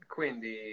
Quindi